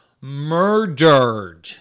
Murdered